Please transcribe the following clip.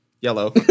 yellow